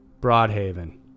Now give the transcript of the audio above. Broadhaven